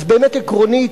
אז עקרונית,